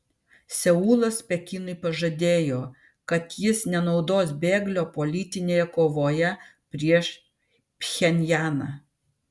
seulas pekinui pažadėjo kad jis nenaudos bėglio politinėje kovoje prieš pchenjaną